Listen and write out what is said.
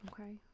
Okay